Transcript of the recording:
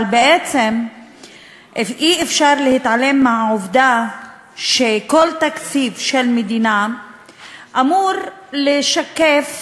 אבל בעצם אי-אפשר להתעלם מהעובדה שכל תקציב של מדינה אמור לשקף